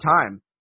time